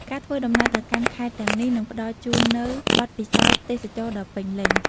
ការធ្វើដំណើរទៅកាន់ខេត្តទាំងនេះនឹងផ្តល់ជូននូវបទពិសោធន៍ទេសចរណ៍ដ៏ពេញលេញ។